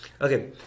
Okay